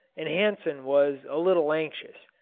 and hansen was a little anxious.